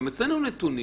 גם אצלנו נתונים.